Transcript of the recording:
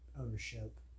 ownership